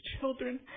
children